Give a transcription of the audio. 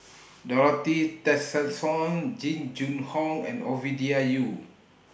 Dorothy Tessensohn Jing Jun Hong and Ovidia Yu